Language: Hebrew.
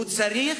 הוא צריך,